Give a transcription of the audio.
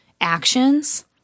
actions